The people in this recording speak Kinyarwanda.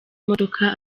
modoka